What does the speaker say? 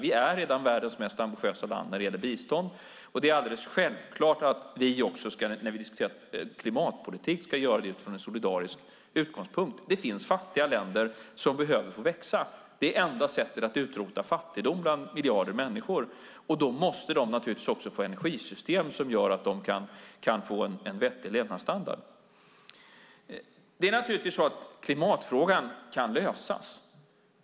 Vi är redan världens mest ambitiösa land när det gäller bistånd, och det är alldeles självklart att vi också när vi diskuterar klimatpolitik ska göra det utifrån en solidarisk utgångspunkt. Det finns fattiga länder som behöver få växa. Det är enda sättet att utrota fattigdom bland miljarder människor. Då måste de få energisystem som gör att de kan få en vettig levnadsstandard. Klimatfrågan kan givetvis lösas.